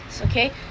okay